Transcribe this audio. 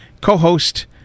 co-host